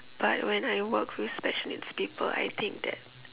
but when I work with special needs people I think that